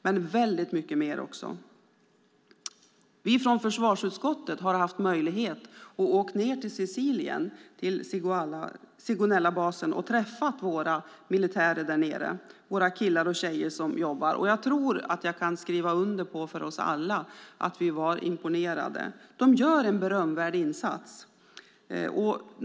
Men det är väldigt mycket mer. Vi i försvarsutskottet hade möjlighet att åka ned till Sigonellabasen på Sicilien och träffa våra militärer där, våra killar och tjejer som jobbar. Jag tror att jag för oss alla kan skriva under på att vi var imponerade. De gör en berömvärd insats.